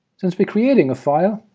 since we're creating a file,